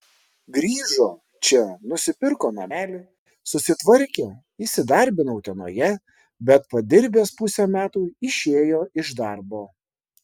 grįžo čia nusipirko namelį susitvarkė įsidarbino utenoje bet padirbęs pusę metų išėjo iš darbo